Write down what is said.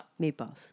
Meatballs